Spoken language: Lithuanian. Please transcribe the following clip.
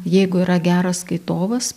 jeigu yra geras skaitovas